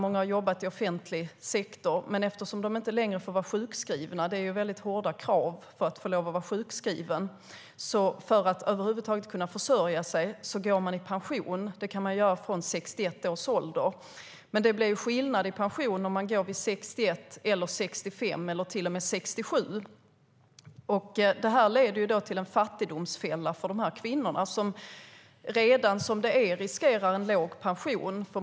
Många har jobbat i offentlig sektor, men eftersom de inte längre får vara sjukskrivna - det är ju hårda krav för att få vara sjukskriven - går de i pension för att över huvud taget kunna försörja sig. Det kan man göra från 61 års ålder. Men det blir skillnad i pension när man går vid 61 i stället för vid 65 eller till och med vid 67. Det blir en fattigdomsfälla för de här kvinnorna, som redan som det är riskerar att få en låg pension.